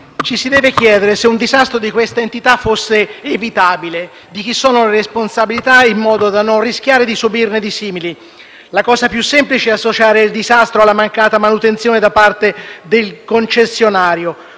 Ci si deve chiedere se un disastro di questa entità fosse evitabile e di chi sono le responsabilità, in modo da non rischiare di subirne di simili. La cosa più semplice è associare il disastro alla mancata manutenzione da parte del concessionario,